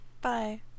Bye